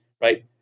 right